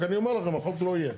רק אני אומר לכם, החוק לא יהיה